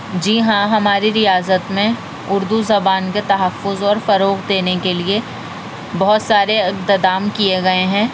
جی ہاں ہماری ریاست میں اردو زبان کے تحفظ اور فروغ دینے کے لیے بہت سارے اقتدام کیے گئے ہیں